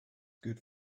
good